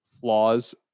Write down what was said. flaws